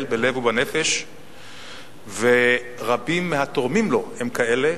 בלב ובנפש ורבים מהתורמים לו הם כאלה,